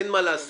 אין מה לעשות,